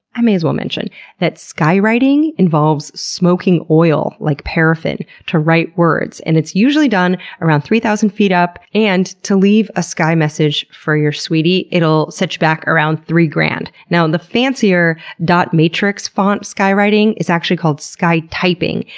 i may as well mention that sky writing involves smoking oil, like paraffin, to write words, and it's usually done around three thousand feet up. and to leave a sky message for your sweetie, it'll set you back around three grand. now, and the fancier dot matrix font sky writing is actually called sky typing,